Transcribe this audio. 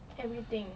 everything